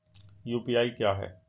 UPI क्या है?